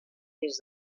des